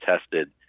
tested